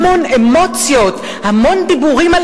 המון אמוציות, המון דיבורים של